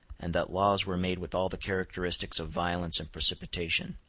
and that laws were made with all the characteristics of violence and precipitation.